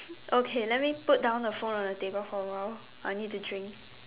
okay let me put down the phone on the table for a while I need to drink